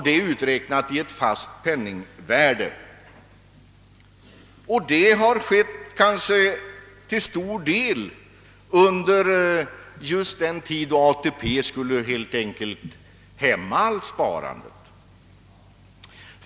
Denna ökning har alltså till stor del skett under den tid då ATP skulle hämma allt sparande!